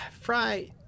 Fry